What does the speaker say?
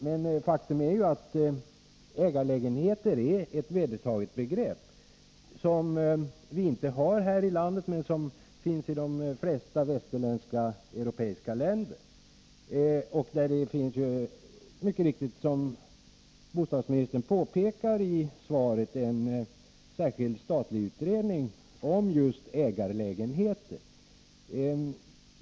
Men faktum är ju att ägarlägenheter är ett vedertaget begrepp, som vi inte har här i landet men som finns i de flesta västeuropeiska länder. Som bostadsministern mycket riktigt påpekar i svaret, finns det en särskild statlig utredning just om ägarlägenheter.